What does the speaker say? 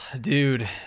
Dude